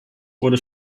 wurde